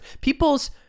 People's